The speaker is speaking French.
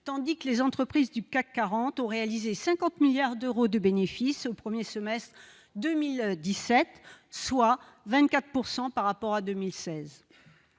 tandis que les entreprises du CAC 40 ont réalisé 50 milliards d'euros de bénéfices au premier semestre 2017, soit une hausse de 24 % par rapport à 2016.